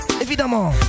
Évidemment